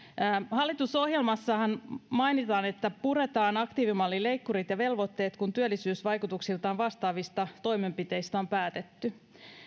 hallitusohjelmassahan mainitaan että puretaan aktiivimallin leikkurit ja velvoitteet kun työllisyysvaikutuksiltaan vastaavista toimenpiteistä on päätetty